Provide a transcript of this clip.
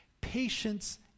Patience